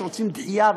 שרוצים דחייה,